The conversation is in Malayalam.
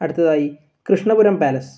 അടുത്തയായി കൃഷ്ണപുരം പാലസ്